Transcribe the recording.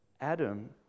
Adam